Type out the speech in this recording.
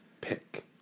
pick